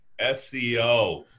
SEO